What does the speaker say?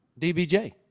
DBJ